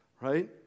right